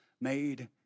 made